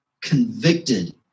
convicted